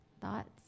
thoughts